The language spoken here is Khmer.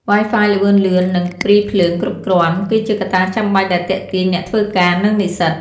Wi-Fi ល្បឿនលឿន និង ព្រីភ្លើងគ្រប់គ្រាន់ គឺជាកត្តាចាំបាច់ដែលទាក់ទាញអ្នកធ្វើការ និងនិស្សិត។